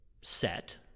set